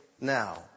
now